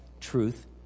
truth